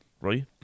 right